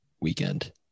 weekend